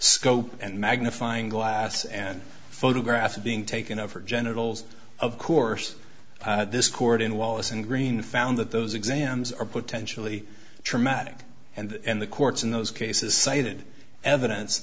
scope and magnifying glass and photographs being taken of her genitals of course this court in wallace and green found that those exams are potentially traumatic and the courts in those cases cited evidence